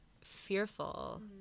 fearful